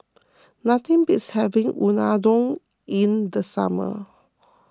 nothing beats having Unadon in the summer